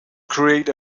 create